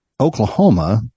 Oklahoma